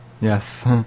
Yes